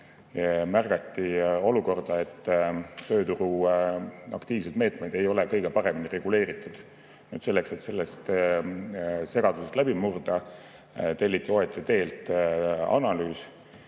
märgati olukorda, et tööturu aktiivsed meetmed ei ole kõige paremini reguleeritud. Selleks, et sellest segadusest läbi murda, telliti OECD-lt analüüs.